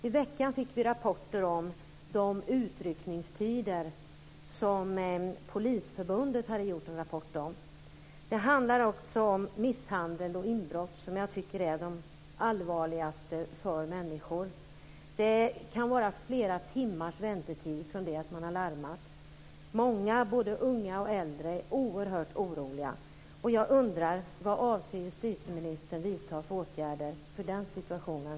Fru talman! Jag har en viktig fråga att ställa till justitieminister Thomas Bodström. I veckan fick vi rapporterat om de utryckningstider som Polisförbundet gjort en rapport om. Det handlar om misshandel och inbrott, som jag tycker är allvarligast för människor. Det kan vara flera timmars väntetid från det att man har larmat. Många, både unga och äldre, är oerhört oroliga. Jag undrar: Vilka åtgärder avser justitieministern att vidta vad gäller den situationen?